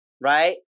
right